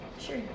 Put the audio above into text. Sure